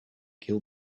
kill